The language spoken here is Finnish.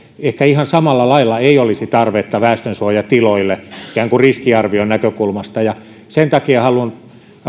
ehkä ihan samalla lailla ei olisi tarvetta väestönsuojatiloille ikään kuin riskiarvion näkökulmasta sen takia haluan